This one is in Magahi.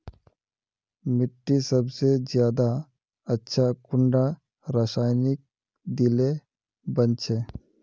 मिट्टी सबसे ज्यादा अच्छा कुंडा रासायनिक दिले बन छै?